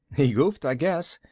he goofed, i guess.